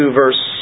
verse